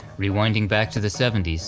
rewinding back to the seventy s,